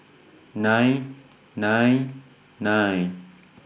nine nine nine